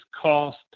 cost